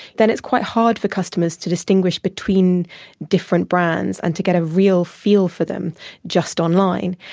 then it's quite hard for customers to distinguish between different brands and to get a real feel for them just online.